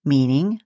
Meaning